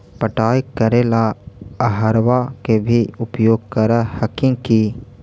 पटाय करे ला अहर्बा के भी उपयोग कर हखिन की?